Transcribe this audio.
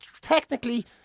technically